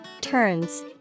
turns